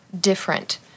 different